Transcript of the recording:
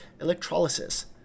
electrolysis